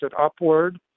upward